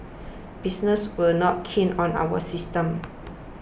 businesses were not keen on our systems